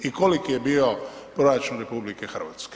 I koliki je bio proračun RH?